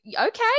Okay